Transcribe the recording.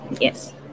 Yes